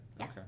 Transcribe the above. Okay